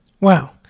Wow